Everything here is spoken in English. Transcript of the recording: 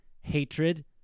hatred